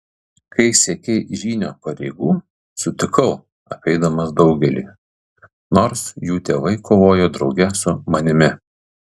kai siekei žynio pareigų sutikau apeidamas daugelį nors jų tėvai kovojo drauge su manimi